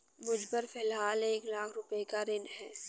मुझपर फ़िलहाल एक लाख रुपये का ऋण है